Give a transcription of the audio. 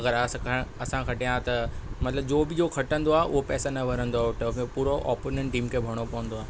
अगरि असां खटिया त मतिलबु जो बि उहो खटंदो आहे उहा पैसा न भरंदो उहा टफ आहे पूरो ऑपोननि टीम खे भरिणो पवंदो आहे